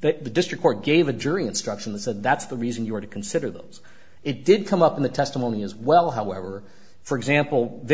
that the district court gave the jury instructions and that's the reason you were to consider those it did come up in the testimony as well however for example